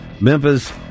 Memphis